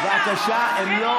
הם עושים את זה שם.